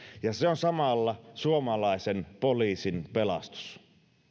se on samalla suomalaisen poliisin pelastus